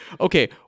Okay